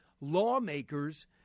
lawmakers